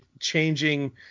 changing